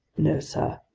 no, sir,